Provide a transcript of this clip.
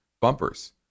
bumpers